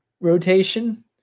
rotation